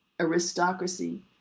aristocracy